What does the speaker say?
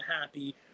happy